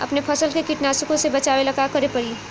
अपने फसल के कीटनाशको से बचावेला का करे परी?